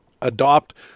Adopt